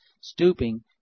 stooping